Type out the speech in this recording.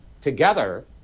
together